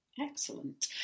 Excellent